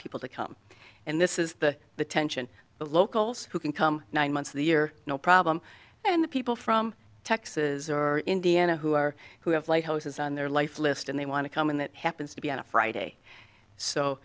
people to come and this is the the tension the locals who can come nine months of the year no problem and the people from texas or indiana who are who have like houses on their life list and they want to come in that happens to be on a friday so